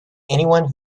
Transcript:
anyone